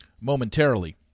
momentarily